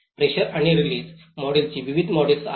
pressure आणि release मॉडेलची विविध मॉडेल्स आहेत